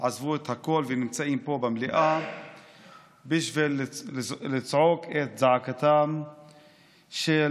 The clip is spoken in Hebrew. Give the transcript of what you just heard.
עזבו את הכול ונמצאים פה במליאה בשביל לזעוק את זעקתו של